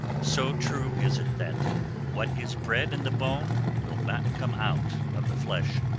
so true is it that what is bred in the bone will not come out of the flesh.